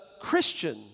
Christian